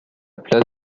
place